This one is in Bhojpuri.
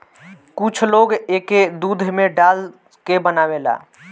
कुछ लोग एके दूध में डाल के बनावेला